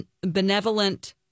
benevolent